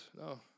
No